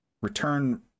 return